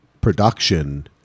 production